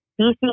DC